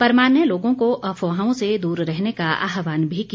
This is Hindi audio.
परमार ने लोगों को अफवाहों से दूर रहने का आह्वान भी किया